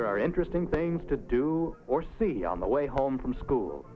there are interesting things to do or see on the way home from school